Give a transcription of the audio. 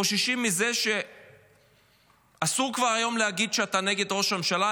חוששים מזה שאסור היום להגיד שאתה נגד ראש הממשלה,